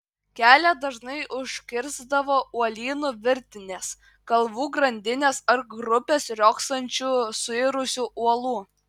kelią dažnai užkirsdavo uolynų virtinės kalvų grandinės ar grupės riogsančių suirusių uolų